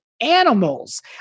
animals